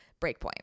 Breakpoint